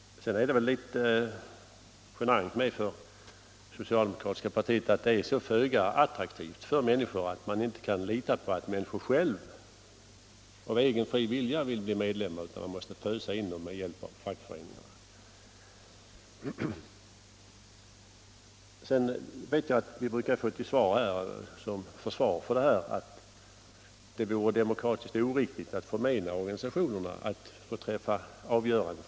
Det är väl också litet genant för det socialdemokratiska partiet att det är så föga attraktivt för människor att man inte kan lita på att de själva av egen fri vilja bli medlemmar utan måste fösa in dem med hjälp av fackföreningarna. Som försvar för den här ordningen brukar man säga att det vore demokratiskt oriktigt att förmena organisationerna att själva träffa avgörande.